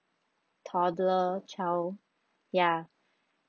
toddler child ya